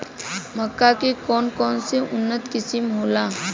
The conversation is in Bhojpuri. मक्का के कौन कौनसे उन्नत किस्म होला?